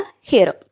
Hero